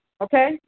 Okay